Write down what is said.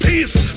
Peace